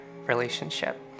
relationship